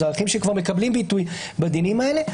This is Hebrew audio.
זה ערכים שכבר מקבלים ביטוי בדינים האלה.